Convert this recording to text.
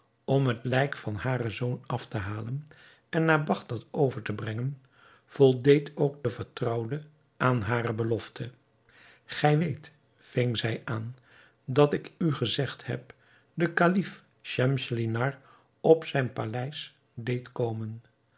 om het lijk van haren zoon af te halen en naar bagdad over te brengen voldeed ook de vertrouwde aan hare belofte gij weet ving zij aan dat ik u gezegd heb de kalif schemselnihar op zijn paleis deed komen